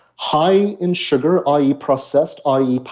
high in sugar i e. processed, i e.